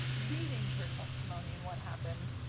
reading her testimony and what happened,